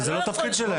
אבל זהו לא התפקיד שלהם.